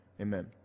Amen